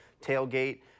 tailgate